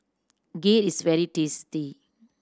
kheer is very tasty